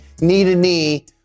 knee-to-knee